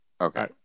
Okay